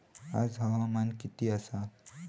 आज हवामान किती आसा?